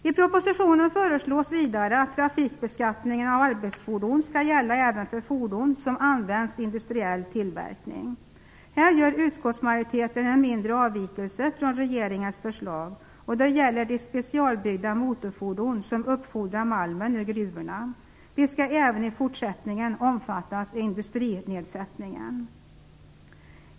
I propositionen föreslås vidare att trafikbeskattningen av arbetsfordon även skall gälla för fordon som används i industriell tillverkning. Här gör utskottsmajoriteten en mindre avvikelse från regeringens förslag, och det gäller de specialbyggda motorfordon som uppfordrar malmen ur gruvorna. De skall även i fortsättningen omfattas av industrinedsättningen.